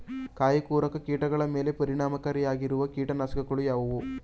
ಕಾಯಿಕೊರಕ ಕೀಟಗಳ ಮೇಲೆ ಪರಿಣಾಮಕಾರಿಯಾಗಿರುವ ಕೀಟನಾಶಗಳು ಯಾವುವು?